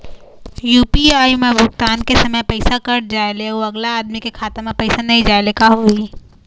UPI म भुगतान के समय पैसा कट जाय ले, अउ अगला आदमी के खाता म पैसा नई जाय ले का होही?